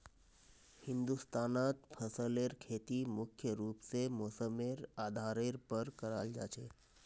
हिंदुस्तानत फसलेर खेती मुख्य रूप से मौसमेर आधारेर पर कराल जा छे